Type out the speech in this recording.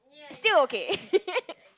still okay